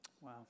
Wow